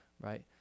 Right